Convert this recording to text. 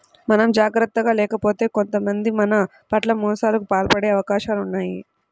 మనం జాగర్తగా లేకపోతే కొంతమంది మన పట్ల మోసాలకు పాల్పడే అవకాశాలు ఉన్నయ్